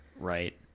Right